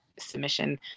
submission